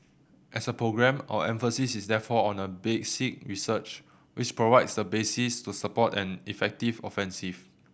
as a programme our emphasis is therefore on basic research which provides the basis to support an effective offensive